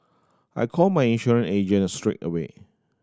I called my insurance agent straight away